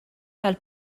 tal